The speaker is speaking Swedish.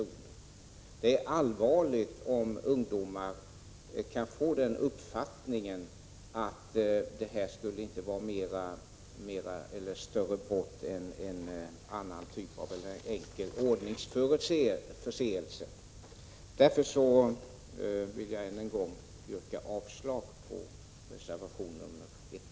Det är allvarligt om ungdomar får den uppfattningen att snatteri inte skulle vara något större brott än en enkel ordningsförseelse. Jag vill än en gång yrka avslag på reservationerna 1 och 2.